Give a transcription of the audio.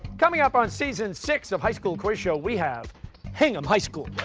coming up on season six of high school quiz show we have hingham high school.